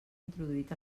introduït